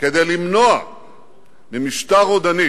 כדי למנוע ממשטר רודני